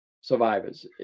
survivors